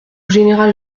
général